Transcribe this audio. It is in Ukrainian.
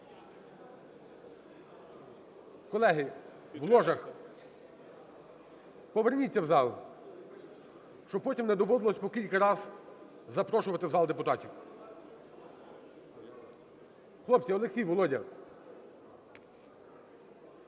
Колеги в ложах, поверніться в зал, щоб потім не доводилося по кілька раз запрошувати в зал депутатів. Хлопці! Олексій! Володя!